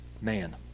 man